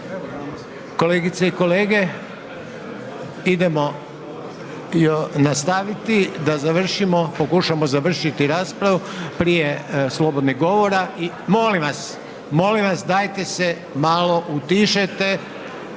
Kolegice i kolege idemo nastaviti, da završimo, pokušamo završiti raspravu prije slobodnih govora. Molim vas, molim vas dajte se malo utišajte